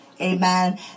amen